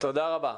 תודה רבה.